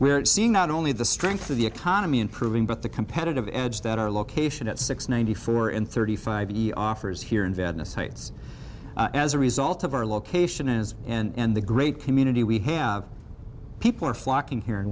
we're seeing not only the strength of the economy improving but the competitive edge that our location at six ninety four and thirty five be offers here in venice heights as a result of our location is and the great community we have people are flocking here and